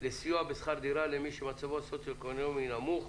לסיוע בשכר דירה, למי שמצבו הסוציואקונומי נמוך,